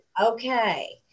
okay